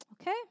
Okay